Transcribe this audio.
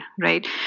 right